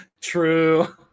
True